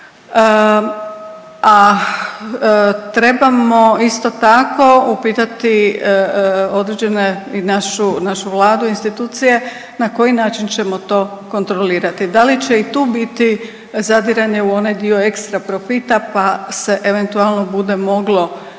a trebamo isto tako upitati određene i našu Vladu, institucije na koji način ćemo to kontrolirati da li će i tu biti zadiranje u onaj dio ekstra profita, pa se eventualno bude moglo